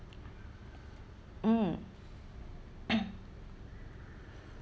mm